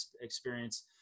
experience